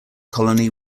colony